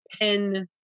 pin